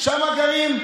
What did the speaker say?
ממושמעים,